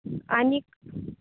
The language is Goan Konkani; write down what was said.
आनीक